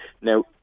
Now